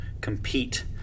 compete